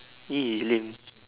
eh lame